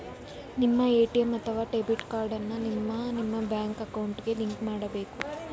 ನಿಮ್ಮ ಎ.ಟಿ.ಎಂ ಅಥವಾ debit card ಅನ್ನ ನಿಮ್ಮ ನಿಮ್ಮ ಬ್ಯಾಂಕ್ ಅಕೌಂಟ್ಗೆ ಲಿಂಕ್ ಮಾಡಬೇಕು